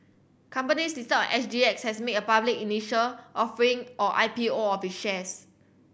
companies listed S G X has made a public initial offering or I P O of its shares